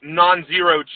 non-zero